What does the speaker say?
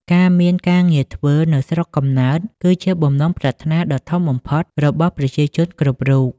ការមានការងារធ្វើនៅស្រុកកំណើត គឺជាបំណងប្រាថ្នាដ៏ធំបំផុតរបស់ប្រជាជនគ្រប់រូប។